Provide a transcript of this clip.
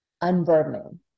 unburdening